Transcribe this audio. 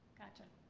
gotcha.